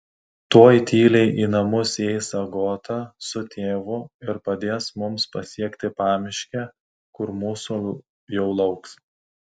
tuoj tyliai į namus įeis agota su tėvu ir padės mums pasiekti pamiškę kur mūsų jau lauks